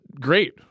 great